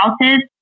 houses